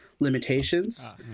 limitations